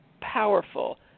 powerful